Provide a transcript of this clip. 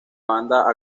banda